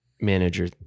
manager